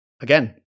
again